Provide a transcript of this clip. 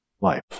life